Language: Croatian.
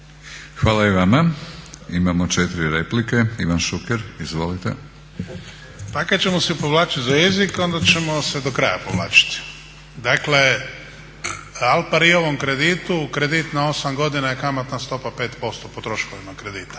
Hvala i vama. Imamo 4 replike. Ivan Šuker, izvolite. **Šuker, Ivan (HDZ)** Ako ćemo se povlačiti za jezik onda ćemo se do kraja povlačiti. Dakle, al pari ovom kreditu kredit na osam godina je kamatna stopa 5% po troškovima kredita.